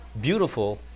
beautiful